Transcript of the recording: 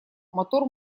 мотор